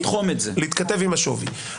בסדר.